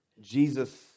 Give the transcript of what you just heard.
Jesus